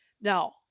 now